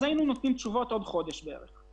היינו נותנים תשובות עוד חודש בערך,